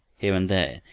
here and there,